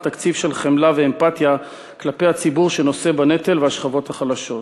אך תקציב של חמלה ואמפתיה כלפי הציבור שנושא בנטל והשכבות החלשות.